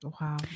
Wow